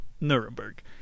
Nuremberg